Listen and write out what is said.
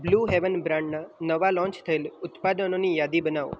blue heaven બ્રાન્ડના નવા launch થયેલ ઉત્પાદનોની યાદી બનાવો